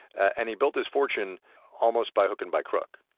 and he built his fortune almost by hook and by crook.